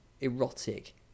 erotic